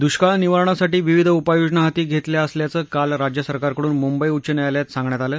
दुष्काळ निवारणासाठी विविध उपाययोजना हाती धेतल्या असल्याचं काल महाराष्ट्र राज्यसरकारकडून मुंबई उच्च न्यायालयात सांगण्यात आलं